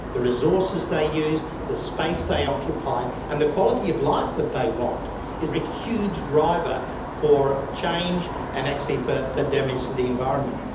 the resources they use, the space they occupy and the quality of life that they want is a huge driver for change and actually for for damage to the environment.